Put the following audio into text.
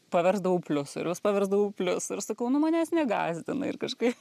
paversdavau pliusu ir vis paversdavau pliusu ir sakau nu manęs negąsdina ir kažkaip